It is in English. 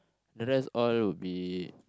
the rest all would be